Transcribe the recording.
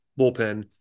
bullpen